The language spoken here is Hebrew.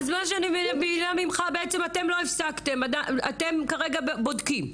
מה שאני מבינה ממך, שלא הפסקתם, אתם כרגע בודקים.